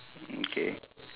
mm K